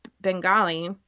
Bengali